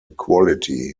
quality